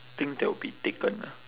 things that will be taken ah